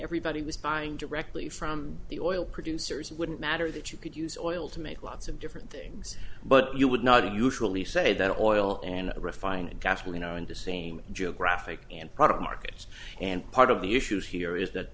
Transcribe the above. everybody was buying directly from the oil producers it wouldn't matter that you could use oil to make lots of different things but you would not usually say that oil and refined gasoline are in the same job graphic and product market and part of the issue here is that